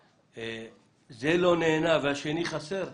כשזה לא נהנה והשני חסר,